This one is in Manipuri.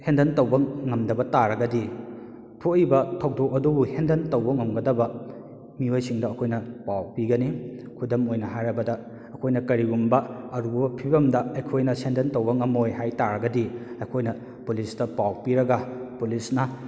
ꯍꯦꯟꯗꯟ ꯇꯧꯕ ꯉꯝꯗꯕ ꯇꯥꯔꯒꯗꯤ ꯊꯣꯛꯏꯕ ꯊꯧꯗꯣꯛ ꯑꯗꯨꯕꯨ ꯍꯦꯟꯗꯟ ꯇꯧꯕ ꯉꯝꯒꯗꯕ ꯃꯤꯑꯣꯏꯁꯤꯡꯗ ꯑꯩꯈꯣꯏꯅ ꯄꯥꯎ ꯄꯤꯒꯅꯤ ꯈꯨꯗꯝ ꯑꯣꯏꯅ ꯍꯥꯏꯔꯕꯗ ꯑꯩꯈꯣꯏꯅ ꯀꯔꯤꯒꯨꯝꯕ ꯑꯔꯨꯕ ꯐꯤꯕꯝꯗ ꯑꯩꯈꯣꯏꯅ ꯁꯦꯟꯗꯟ ꯇꯧꯕ ꯉꯝꯃꯣꯏ ꯍꯥꯏꯕ ꯇꯥꯔꯒꯗꯤ ꯑꯩꯈꯣꯏꯅ ꯄꯨꯂꯤꯁꯇ ꯄꯥꯎ ꯄꯤꯔꯒ ꯄꯨꯂꯤꯁꯅ